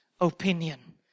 opinion